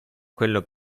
quello